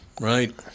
Right